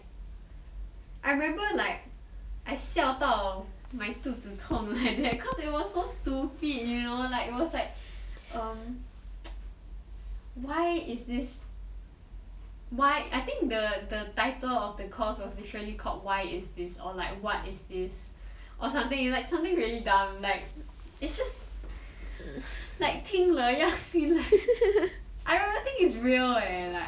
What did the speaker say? I remember like I 笑到 my 肚子痛 like that cause it was so stupid you know like it was so um why is this why I think the title of the course was literally called why is this or like what is this or something it's like something really dumb it's just like 听了要:tingle yao I really think it's real leh